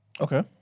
Okay